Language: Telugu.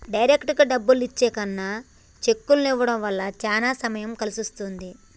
డైరెక్టుగా డబ్బుల్ని ఇచ్చే కన్నా చెక్కుల్ని ఇవ్వడం వల్ల చానా సమయం కలిసొస్తది